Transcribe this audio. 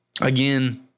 again